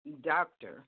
doctor